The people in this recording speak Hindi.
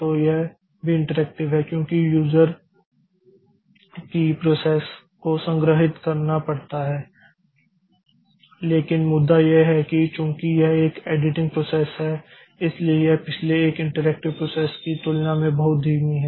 तो यह भी इंटरैक्टिव है क्योंकि यूज़र की प्रोसेस को संग्रहीत करना पड़ता है लेकिन मुद्दा यह है कि चूंकि यह एक एडिटिंग प्रोसेस है इसलिए यह पिछले एक इंटरैक्टिव प्रोसेस की तुलना में बहुत धीमी है